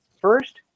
First